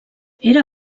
era